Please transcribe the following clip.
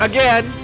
Again